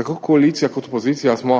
Tako koalicija kot opozicija smo